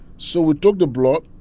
so we took the blood.